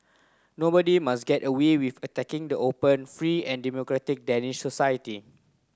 nobody must get away with attacking the open free and democratic Danish society